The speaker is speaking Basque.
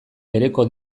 bereko